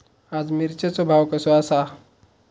आज मिरचेचो भाव कसो आसा?